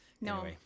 no